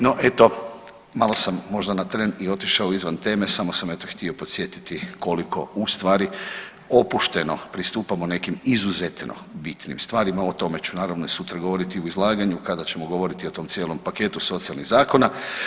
No eto, malo sam možda na tren i otišao izvan teme, samo sam eto htio podsjetiti koliko ustvari opušteno pristupamo nekim izuzetno bitnim stvarima, a o tome ću naravno i sutra govoriti u izlaganju kada ćemo govoriti o tom cijelom paketu socijalnih zakona.